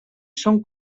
són